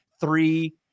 three